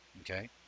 Okay